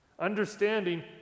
Understanding